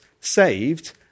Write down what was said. saved